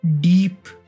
Deep